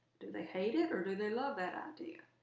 do they hate it or do they love that idea?